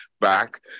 back